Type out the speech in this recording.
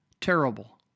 Terrible